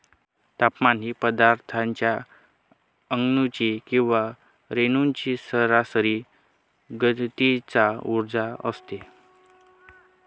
तापमान ही पदार्थाच्या अणूंची किंवा रेणूंची सरासरी गतीचा उर्जा असते